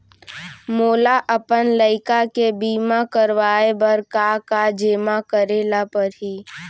मोला अपन लइका के बीमा करवाए बर का का जेमा करे ल परही?